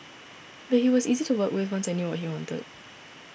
but he was easy to work with once I knew what he wanted